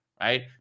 right